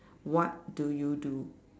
what do you do